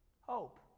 hope